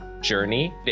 journey